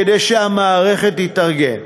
כדי שהמערכת תתארגן.